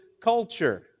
culture